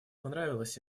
понравилась